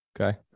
okay